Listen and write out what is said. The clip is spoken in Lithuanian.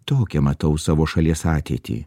tokią matau savo šalies ateitį